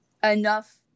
enough